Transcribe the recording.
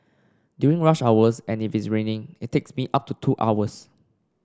during rush hours and if it's raining it takes me up to two hours